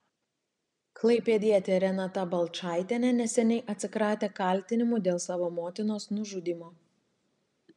klaipėdietė renata balčaitienė neseniai atsikratė kaltinimų dėl savo motinos nužudymo